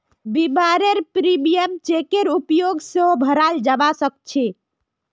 बीमारेर प्रीमियम चेकेर उपयोग स भराल जबा सक छे